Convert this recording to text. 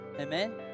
Amen